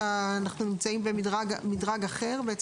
איך הפירמידה הולכת?